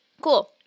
Cool